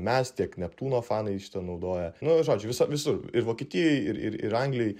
mes tiek neptūno fanai šitą naudoja nu žodžiu visa visur ir vokietijoj ir ir ir anglijoj